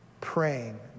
praying